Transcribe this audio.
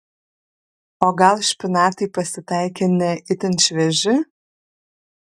o gal špinatai pasitaikė ne itin švieži